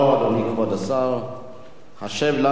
השב לנו, ואנחנו נמשיך הלאה.